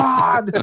God